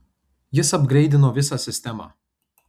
jis apgreidino visą sistemą